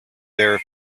their